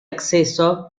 acceso